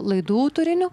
laidų turiniu